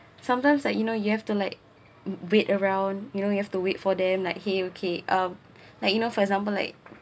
sometimes like you know you have to like wait around you know you have to wait for them like !hey! okay uh like you know for example like